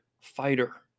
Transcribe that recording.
fighter